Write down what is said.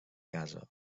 casa